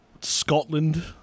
Scotland